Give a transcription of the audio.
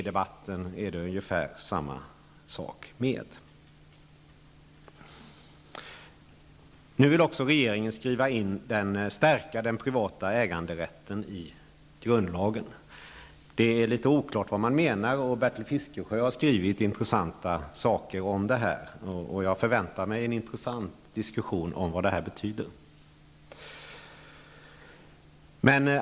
Detsamma är fallet med Regeringen vill nu stärka skyddet för den privata äganderätten i grundlagen. Det är litet oklart vad regeringen menar. Bertil Fiskesjö har skrivit intressanta saker om detta, och jag förväntar mig en givande diskussion om vad detta betyder.